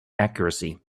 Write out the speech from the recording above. accuracy